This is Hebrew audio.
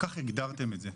כך הגדרתם את זה.